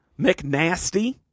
McNasty